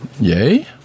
yay